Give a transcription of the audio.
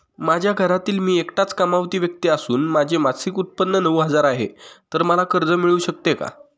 माझ्या घरातील मी एकटाच कमावती व्यक्ती असून माझे मासिक उत्त्पन्न नऊ हजार आहे, तर मला कर्ज मिळू शकते का?